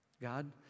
God